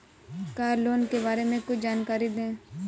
Car loan के बारे में कुछ जानकारी दें?